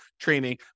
training